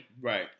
right